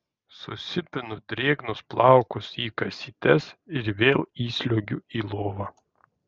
susipinu drėgnus plaukus į kasytes ir vėl įsliuogiu į lovą